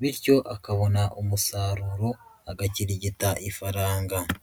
bityo akabona umusaruro agakirigita ifaranga.